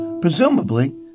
presumably